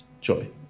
Joy